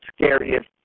scariest